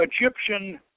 Egyptian